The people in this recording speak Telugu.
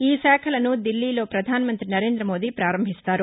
ఈ శాఖలను దిల్లీలో ప్రధానమంతి నరేందమోదీ ప్రారంభిస్తారు